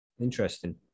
Interesting